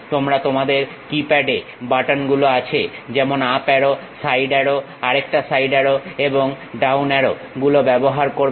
তোমরা তোমাদের কিপ্যাড এ বাটনগুলো আছে যেমন আপ অ্যারো সাইড অ্যারো আরেকটা সাইড অ্যারো এবং ডাউন অ্যারো গুলো ব্যবহার করবে